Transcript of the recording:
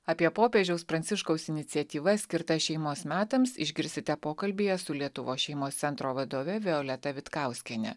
apie popiežiaus pranciškaus iniciatyvas skirtas šeimos metams išgirsite pokalbyje su lietuvos šeimos centro vadovė violeta vitkauskiene